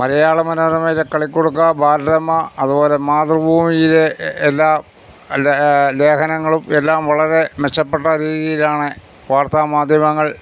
മലയാള മനോരമയിലെ കളിക്കുടുക്ക ബാലരമ അതുപോലെ മാതൃഭൂമിയിലെ എല്ലാ ലേ ലേഖനങ്ങളും എല്ലാം വളരെ മെച്ചപ്പെട്ട രീതിയിലാണ് വാർത്താ മാധ്യമങ്ങൾ